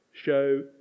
show